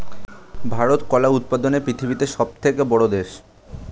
ভারত কলা উৎপাদনে পৃথিবীতে সবথেকে বড়ো দেশ